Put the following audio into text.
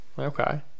okay